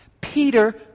Peter